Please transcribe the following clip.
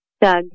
Doug